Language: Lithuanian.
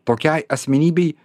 tokiai asmenybei